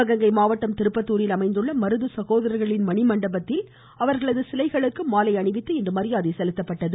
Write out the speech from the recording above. சிவகங்கை மாவட்டம் திருப்பத்தூரில் அமைந்துள்ள மருது சகோதரர்களின் மணிமண்டபத்தில் உள்ள அவர்களது சிலைகளுக்கும் மாலை அணிவித்து மரியாதை செலுத்தப்பட்டது